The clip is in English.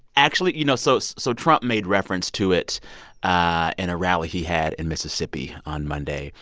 actually you know, so so so trump made reference to it ah in a rally he had in mississippi on monday.